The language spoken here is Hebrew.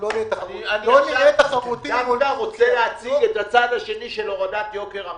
אני עכשיו רוצה להציג את הצד השני של הורדת יוקר המחיה.